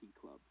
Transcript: club